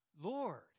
Lord